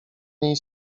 niej